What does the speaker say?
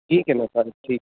ठीक है ना सर ठीक है